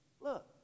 look